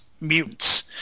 mutants